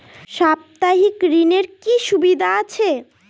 সাপ্তাহিক ঋণের কি সুবিধা আছে?